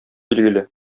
билгеле